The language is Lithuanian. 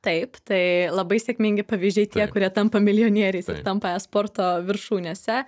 taip tai labai sėkmingi pavyzdžiai tie kurie tampa milijonieriais ir tampa e sporto viršūnėse